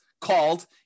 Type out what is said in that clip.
called